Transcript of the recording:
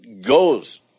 goes